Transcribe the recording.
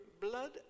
blood